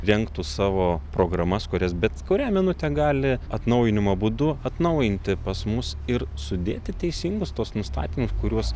rengtų savo programas kurias bet kurią minutę gali atnaujinimo būdu atnaujinti pas mus ir sudėti teisingus tuos nustatymus kuriuos